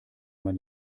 man